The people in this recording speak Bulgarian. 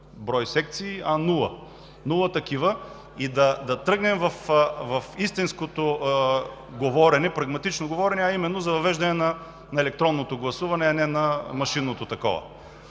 брой секции, а нула. Нула такива и да тръгнем в истинското говорене, прагматично говорене, а именно за въвеждане на електронното гласуване, а не на машинното такова.